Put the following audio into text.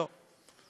לא.